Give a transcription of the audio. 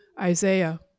Isaiah